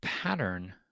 Pattern